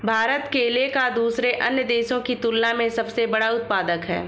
भारत केले का दूसरे अन्य देशों की तुलना में सबसे बड़ा उत्पादक है